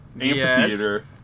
amphitheater